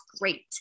great